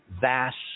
vast